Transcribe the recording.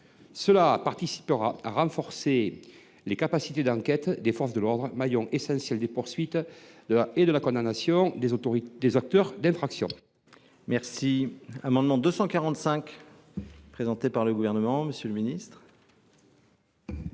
permettra de renforcer les capacités d’enquête des forces de l’ordre, maillon essentiel des poursuites et des condamnations des auteurs d’infraction.